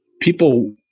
people